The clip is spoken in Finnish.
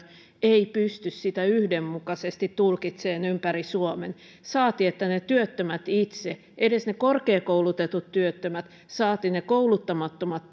eivät pysty sitä yhdenmukaisesti tulkitsemaan ympäri suomen saati että työttömät itse edes ne korkeakoulutetut työttömät saati ne kouluttamattomat